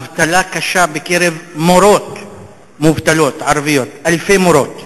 אבטלה קשה, בקרב מורות ערביות, אלפי מורות.